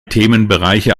themenbereiche